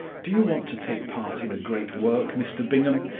do you want to take part in a great work, mr bingham?